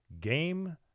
Game